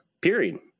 period